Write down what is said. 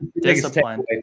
discipline